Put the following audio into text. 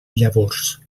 llavors